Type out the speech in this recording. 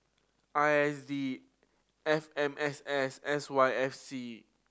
I S D F M S S S Y F C